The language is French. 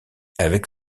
avec